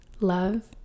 love